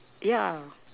yeah